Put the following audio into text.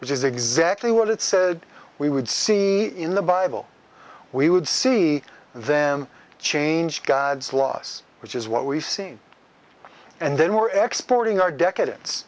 which is exactly what it said we would see in the bible we would see them change god's laws which is what we've seen and then we're exporting our decadence